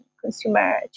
consumer